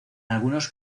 algunos